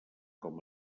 com